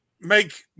make